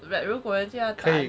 like 如果人家要打 retract 还有